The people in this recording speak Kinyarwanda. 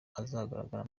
azagaragara